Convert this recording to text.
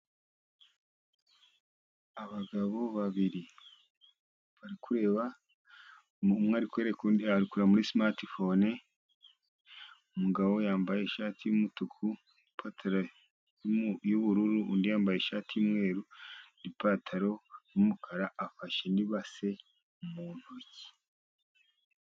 Abagabo babiri bari kureba, umwe ari kwereka undi, ari kureba muri simatifone, umugabo yambaye ishati y'umutuku, ipataro y'ubururu, undi yambaye ishati y'umweru n'ipantaro y'umukara, afashe n'ibase mu ntoki.